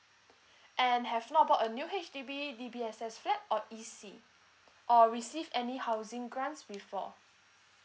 and have not bought a new H_D_B D_B_S_F flat or E_C or receive any housing grants before